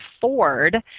Ford